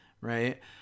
right